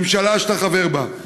ממשלה שאתה חבר בה,